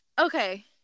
Okay